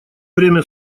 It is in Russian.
время